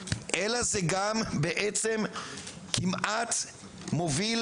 אלא זה גם בעצם כמעט מוביל,